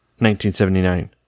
1979